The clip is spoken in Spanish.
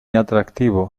atractivo